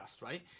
Right